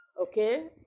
Okay